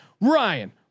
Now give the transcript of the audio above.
Ryan